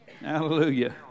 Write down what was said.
Hallelujah